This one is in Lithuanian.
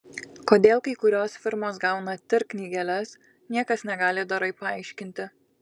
kodėl kai kurios firmos gauna tir knygeles niekas negali dorai paaiškinti